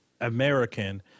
American